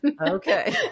okay